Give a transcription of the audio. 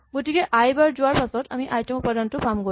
গতিকে আই বাৰ যোৱাৰ পাছত আমি আই তম উপাদানটো পামগৈ